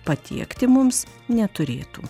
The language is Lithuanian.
patiekti mums neturėtų